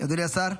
אדוני השר,